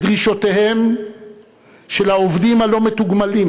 את דרישותיהם של העובדים הלא-מתוגמלים,